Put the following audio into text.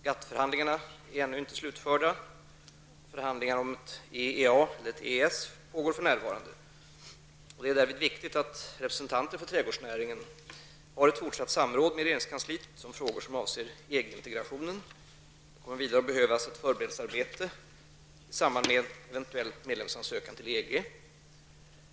GATT-förhandlingarna är ännu inte slutförda. Förhandlingar om ett EEA-avtal, eller EES-avtal, pågår för närvarande. Det är därvid viktigt att representanter för trädgårdsnäringen har ett fortsatt samråd med regeringskansliet om frågor som avser EG-integrationen. Det kommer vidare att behövas ett förberedelsearbete i samband med en eventuell medlemsansökan till EG.